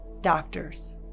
doctors